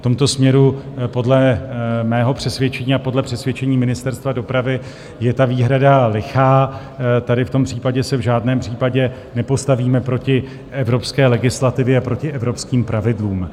V tomto směru podle mého přesvědčení a podle přesvědčení Ministerstva dopravy je ta výhrada lichá, tady v tom případě se v žádném případě nepostavíme proti evropské legislativě a proti evropským pravidlům.